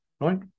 right